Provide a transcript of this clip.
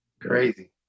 Crazy